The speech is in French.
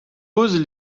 pose